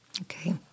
Okay